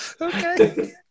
Okay